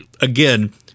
again